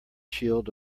shield